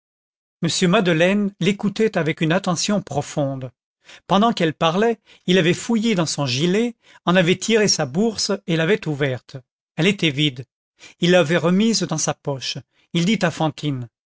m madeleine l'écoutait avec une attention profonde pendant qu'elle parlait il avait fouillé dans son gilet en avait tiré sa bourse et l'avait ouverte elle était vide il l'avait remise dans sa poche il dit à